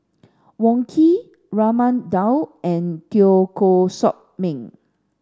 Wong Keen Raman Daud and Teo Koh Sock Miang